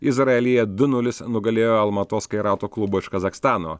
izraelyje du nulis nugalėjo almatoskai rato klubą iš kazachstano